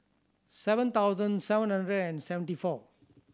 seven thousand seven hundred and seventy four